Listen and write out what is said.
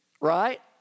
right